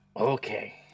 Okay